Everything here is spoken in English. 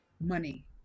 money